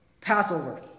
Passover